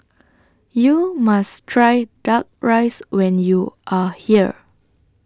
YOU must Try Duck Rice when YOU Are here